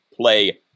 play